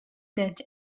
that